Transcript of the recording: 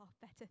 better